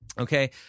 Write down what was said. Okay